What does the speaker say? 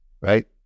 right